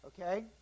okay